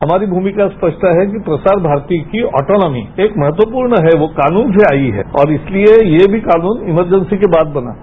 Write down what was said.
हमारी भूमिका स्पष्ट रहेगी कि प्रसार भारती की ऑटोनॉमी एक महत्वपूर्ण है वो कानून से आई है और इसलिये ये भी कानून एमर्जेसी के बाद बना है